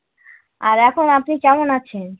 আর এখন আপনি কেমন আছেন